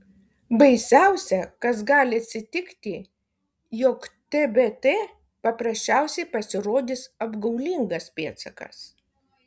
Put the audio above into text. baisiausia kas gali atsitikti jog tbt paprasčiausiai pasirodys apgaulingas pėdsakas